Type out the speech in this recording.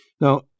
Now